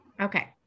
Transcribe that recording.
Okay